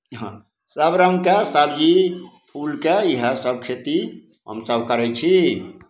हँ सभ रङ्गके सबजी फूलके इएहसभ खेती हमसभ करै छी